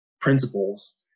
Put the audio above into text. principles